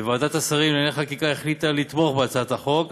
ועדת השרים לענייני חקיקה החליטה לתמוך בהצעת החוק,